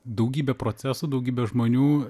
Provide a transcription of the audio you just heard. daugybė procesų daugybė žmonių